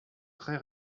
très